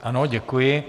Ano, děkuji.